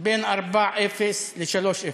בין 4:0 ל-3:0.